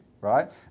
right